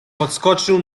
podskoczył